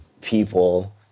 people